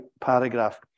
paragraph